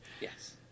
Yes